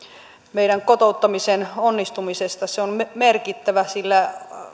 meidän kotouttamisen onnistumisesta on merkittävä sillä